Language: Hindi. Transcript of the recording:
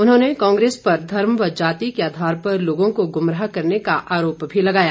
उन्होंने कांग्रेस पर धर्म व जाति के आधार पर लोगों को गुमराह करने का आरोप भी लगाया